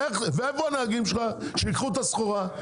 ואיפה הנהגים שלך שייקחו את הסחורה?